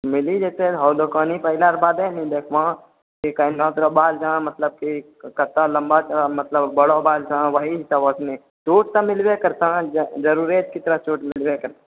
मिली जेतै ओ दोकानी पर अइलाके बादे ने देखबऽ की कहिना तोरा बाल जहाँ मतलब की कतऽ लम्बा छऽ मतलब बड़ऽ बाल छऽ ओएह हिसाबसँ ने ओ तऽ मिलबे करतऽ जरूरे तोरा छूट मिलबे करतऽ